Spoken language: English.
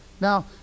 Now